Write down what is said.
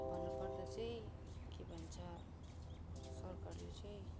भन्नु पर्दा चाहिँ के भन्छ सरकारले चाहिँ